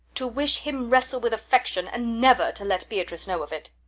to wish him wrestle with affection, and never to let beatrice know of it.